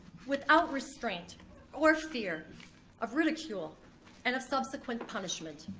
without restraint or fear of ridicule and of subsequent punishment.